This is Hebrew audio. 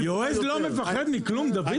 יעוז לא מפחד מכלום, דוד.